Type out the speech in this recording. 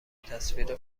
تصویر